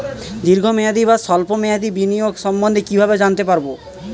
দীর্ঘ মেয়াদি বা স্বল্প মেয়াদি বিনিয়োগ সম্বন্ধে কীভাবে জানতে পারবো?